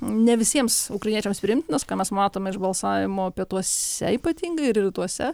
ne visiems ukrainiečiams priimtinas ką mes matome iš balsavimo pietuose ypatingai ir rytuose